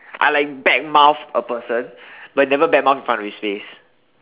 I like badmouth a person but never badmouth in front of his face